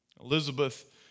Elizabeth